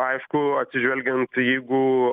aišku atsižvelgiant jeigu